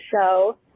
show